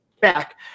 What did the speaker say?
back